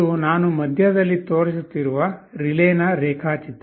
ಇದು ನಾನು ಮಧ್ಯದಲ್ಲಿ ತೋರಿಸುತ್ತಿರುವ ರಿಲೇನ ರೇಖಾಚಿತ್ರ